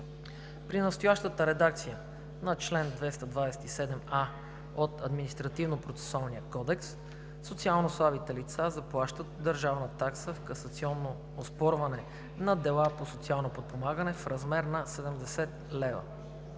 При настоящата редакция на чл. 227а от Административнопроцесуалния кодекс, социално слабите лица заплащат държавна такса за касационно оспорване на дела по социално подпомагане в размер на 70 лв.